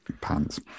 pants